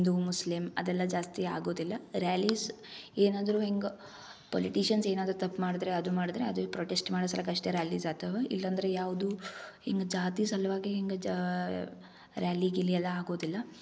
Hindu Muslim ಅದೆಲ್ಲ ಜಾಸ್ತಿ ಆಗೋದಿಲ್ಲ ರ್ಯಾಲೀಸ್ ಏನಾದರೂ ಹೀಗ್ ಪೊಲಿಟೀಷನ್ಸ್ ಏನಾದರೂ ತಪ್ಪು ಮಾಡಿದ್ರೆ ಅದು ಮಾಡಿದ್ರೆ ಅದು ಪ್ರೊಟೆಸ್ಟ್ ಮಾಡೋ ಸಲಕ್ ಅಷ್ಟೇ ರ್ಯಾಲೀಸ್ ಆಗ್ತವ ಇಲ್ಲಂದ್ರೆ ಯಾವುದೂ ಹೀಗ್ ಜಾತಿ ಸಲುವಾಗಿ ಹೀಗ್ ಜಾ ರ್ಯಾಲಿ ಗೀಲಿ ಎಲ್ಲ ಆಗೋದಿಲ್ಲ